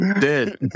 dead